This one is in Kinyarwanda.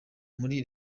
muri